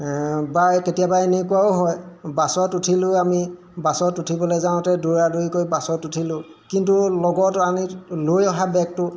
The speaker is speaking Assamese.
বা এই কেতিয়াবা এনেকুৱাও হয় বাছত উঠিলেও আমি বাছত উঠিবলৈ যাওঁতে দৌৰা দৌৰি কৰি বাছত উঠিলোঁ কিন্তু লগত আমি লৈ অহা বেগটো